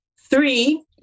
Three